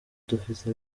dufite